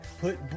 put